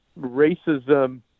racism